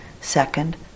second